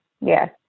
Yes